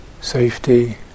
safety